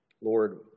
Lord